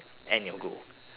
and your goal